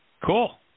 Cool